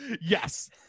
Yes